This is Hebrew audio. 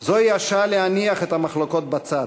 זוהי השעה להניח את המחלוקות בצד,